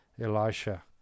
elisha